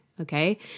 Okay